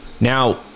now